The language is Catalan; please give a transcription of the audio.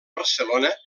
barcelona